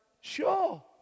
Sure